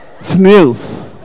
Snails